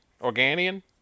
Organian